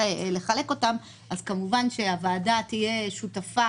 לחלק אותן אז כמובן שהוועדה תהיה שותפה,